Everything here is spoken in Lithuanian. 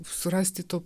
surasti to